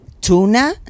tuna